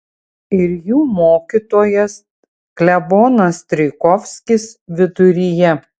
ir jų mokytojas klebonas strijkovskis viduryje